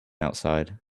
outside